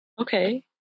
Okay